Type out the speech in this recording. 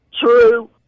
true